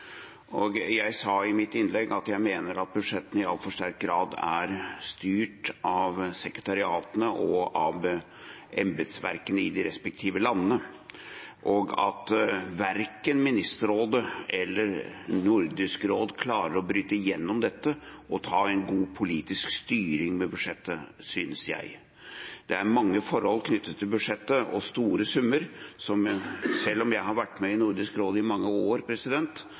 og av embetsverkene i de respektive landene, og verken Ministerrådet eller Nordisk råd klarer å bryte gjennom dette og ta en god politisk styring med budsjettet, synes jeg. Det er mange forhold knyttet til budsjettet, og store summer, og selv om jeg har vært med i Nordisk råd i mange år,